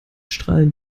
strahlen